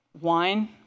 wine